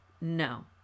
No